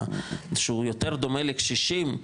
שהוא יותר דומה לקשישים,